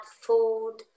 food